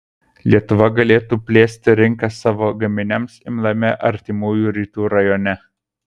lietuva galėtų plėsti rinką savo gaminiams imliame artimųjų rytų rajone